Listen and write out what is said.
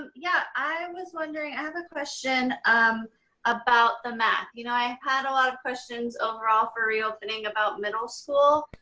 yeah. i was wondering, i have a question um about the math. you know i had a lot of questions overall for reopening about middle school,